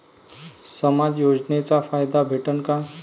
समाज योजनेचा फायदा भेटन का?